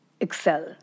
excel